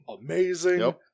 Amazing